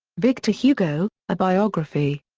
victor hugo a biography.